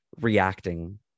reacting